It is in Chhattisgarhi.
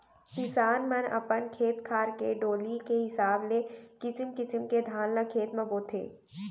किसान मन अपन खेत खार के डोली के हिसाब ले किसिम किसिम के धान ल खेत म बोथें